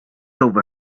over